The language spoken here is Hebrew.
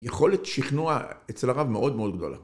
יכולת שכנוע אצל הרב מאוד מאוד גדולה.